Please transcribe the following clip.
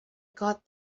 got